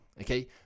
Okay